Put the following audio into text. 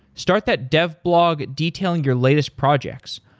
start that dev blog, detailing your latest projects.